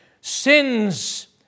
sin's